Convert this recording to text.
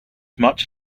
much